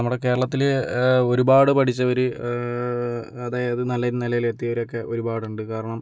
നമ്മുടെ കേരളത്തില് ഒരുപാട് പഠിച്ചവര് അതായത് നല്ല നിലയിൽ എത്തിയവരൊക്കെ ഒരുപാട് ഉണ്ട് കാരണം